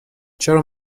چرا